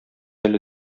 әле